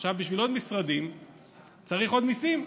עכשיו, בשביל עוד משרדים צריך עוד מיסים.